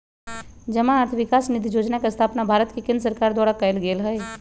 जमा अर्थ विकास निधि जोजना के स्थापना भारत के केंद्र सरकार द्वारा कएल गेल हइ